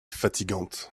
fatigante